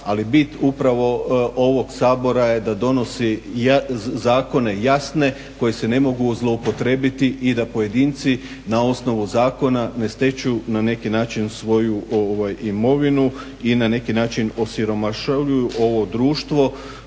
ali bit upravo ovog sabora je da donosi jasne zakone koji se ne mogu zloupotrijebiti i da pojedinci na osnovu zakona ne stječu na neki način svoju imovinu i na neki način osiromašuju ovo društvo